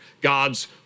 God's